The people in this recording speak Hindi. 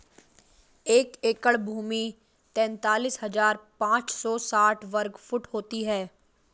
एक एकड़ भूमि तैंतालीस हज़ार पांच सौ साठ वर्ग फुट होती है